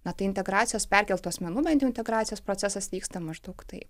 na tai integracijos perkeltų asmenų bent jau integracijos procesas vyksta maždaug taip